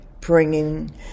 bringing